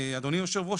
ואדוני היושב ראש,